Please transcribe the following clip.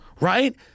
Right